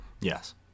yes